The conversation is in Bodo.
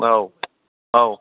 औ औ